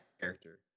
character